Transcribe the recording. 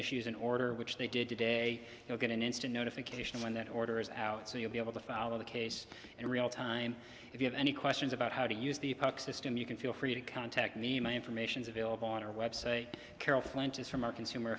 issues an order which they did today you'll get an instant notification when that order is out so you'll be able to follow the case in real time if you have any questions about how to use the system you can feel free to contact me my information is available on our website carol flanges from our consumer